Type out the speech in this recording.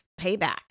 payback